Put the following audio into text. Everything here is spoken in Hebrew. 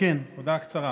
הודעה קצרה.